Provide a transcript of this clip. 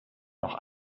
noch